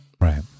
Right